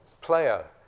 player